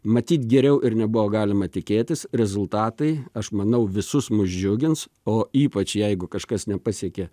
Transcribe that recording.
matyt geriau ir nebuvo galima tikėtis rezultatai aš manau visus mus džiugins o ypač jeigu kažkas nepasiekė